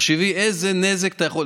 תחשבי איזה נזק אתה יכול,